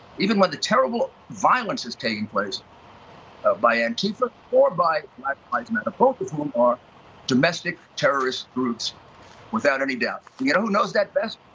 even when the terrible violence is taking place by antifa or by black lives matter, both of whom are domestic terrorist groups without any doubt. you know who knows that best?